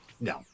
No